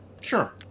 sure